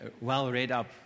well-read-up